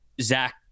Zach